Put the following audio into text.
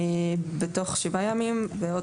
בתוך שבעה ימים ושוב,